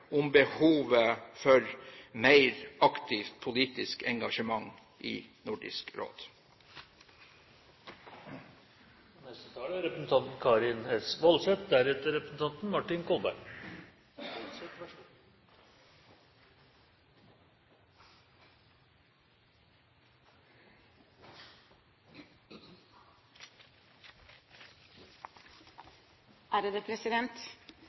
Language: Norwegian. om behovet for mer aktivt politisk engasjement i Nordisk Råd.